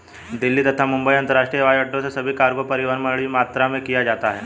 दिल्ली तथा मुंबई अंतरराष्ट्रीय हवाईअड्डो से भी कार्गो परिवहन बड़ी मात्रा में किया जाता है